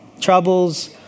troubles